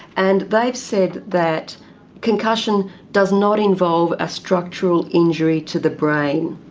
and they've said that concussion does not involve a structural injury to the brain.